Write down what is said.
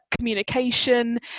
communication